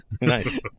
Nice